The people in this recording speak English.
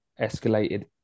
escalated